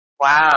Wow